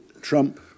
Trump